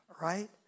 Right